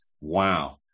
wow